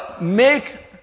make